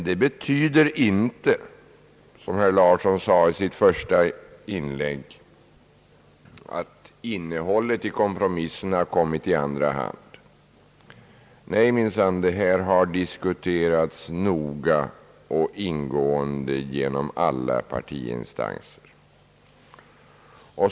Det betyder emellertid inte, som herr Larsson sade i sitt första inlägg, att innehållet i kompromissen kommit i andra hand. Nej minsann, det har diskuterats noga och ingående genom alla partiinstanser.